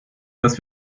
dass